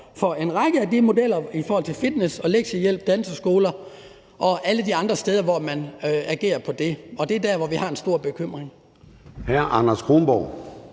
for en række af modellerne for fitness, lektiehjælp, danseskoler og alle de andre steder, hvordan man agerer inden for det. Og det er der, hvor vi har en stor bekymring.